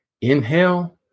Inhale